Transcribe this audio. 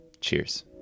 Cheers